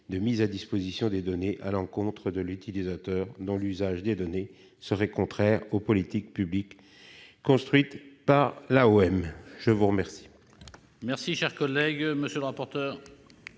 de mise à disposition des données à l'encontre de l'utilisateur dont l'usage des données serait contraire aux politiques publiques de mobilité construites par l'AOM. Quel